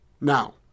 Now